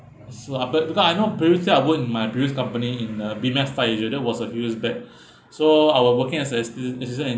slumbered because I know previously I work in my previous company in uh that was uh years back so I was working as~ a assistance